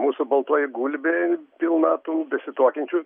mūsų baltoji gulbė pilna tų besituokiančių